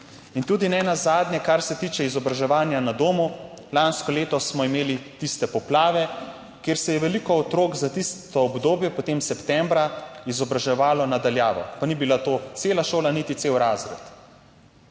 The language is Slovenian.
In tudi nenazadnje, kar se tiče izobraževanja na domu. Lansko leto smo imeli tiste poplave, kjer se je veliko otrok za tisto obdobje potem septembra izobraževalo na daljavo, pa ni bila to cela šola niti cel razred.